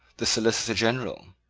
the solicitor general,